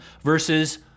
versus